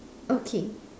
okay